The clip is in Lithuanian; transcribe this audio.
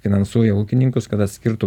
finansuoja ūkininkus kada atskirtų